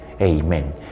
Amen